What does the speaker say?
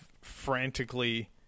frantically